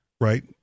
right